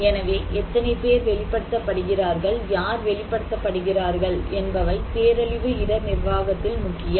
எனவே எத்தனை பேர் வெளிப்படுத்தப்படுகிறார்கள் யார் வெளிப்படுத்தப்படுகிறார்கள் என்பவை பேரழிவு இடர் நிர்வாகத்தில் முக்கியம்